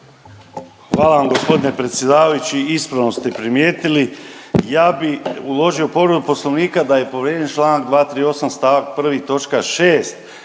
Hvala vam g. predsjedavajući, ispravno ste primijetili. Ja bi uložio povredu poslovnika da je povrijeđen čl. 238. st. 1.